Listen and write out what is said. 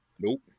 Nope